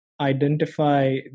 identify